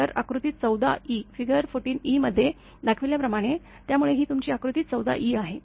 तर आकृती 14 ई मध्ये दाखवल्याप्रमाणे त्यामुळे ही तुमची आकृती 14 ई आहे